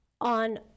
On